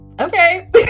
okay